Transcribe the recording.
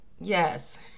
Yes